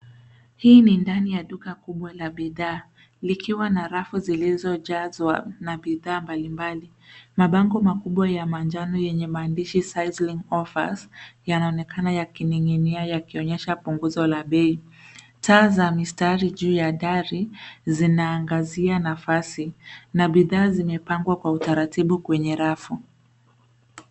Hii ni ndani ya duka kubwa la bidhaa likiwa na rafu zilizojazwa bidhaa mbalimbali. Mabango makubwa ya manjano yenye maandishi sizzling offers yanaonekana yakining'inia yakionyesha punguzo la bei. Taa za mistari juu ya dari zinaangazia nafasi na bidhaa zimepangwa kwa utaratibu kwenye rafu.